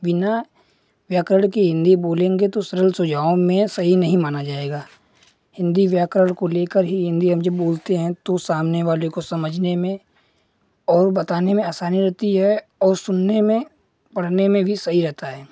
बिना व्याकरण के हिन्दी बोलेंगे तो सरल सुझाव में सही नहीं माना जाएगा हिन्दी व्याकरण को लेकर ही हिन्दी हम जब बोलते हैं तो सामने वाले को समझने में और बताने में आसानी रहती है और सुनने में पढ़ने में भी भी सही रहता है